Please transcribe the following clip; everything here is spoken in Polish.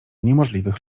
niemożliwych